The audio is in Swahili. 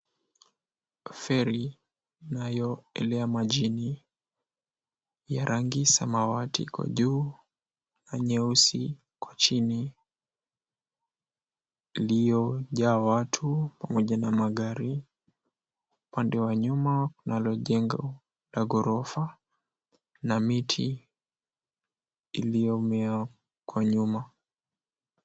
Feri inayoelea majini ya rangi ya samawati kwa juu na nyeusi kwa chini iliyo jaa watu pamoja na magari. Upande wa nyuma kunalo jengo la ghorofa na miti iliyomea kwa nyuma.